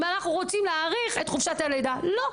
אנחנו רוצים להאריך את חופשת הלידה לא.